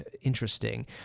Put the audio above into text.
interesting